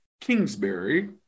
Kingsbury